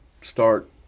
start